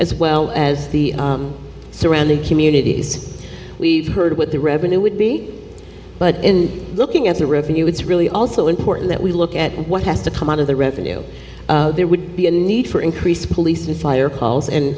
as well as the surrounding communities we've heard what the revenue would be but in looking at the revenue it's really also important that we look at what has to come out of the revenue there would be a need for increased police and fire calls